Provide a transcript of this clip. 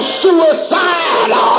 suicide